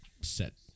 set